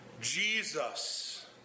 Jesus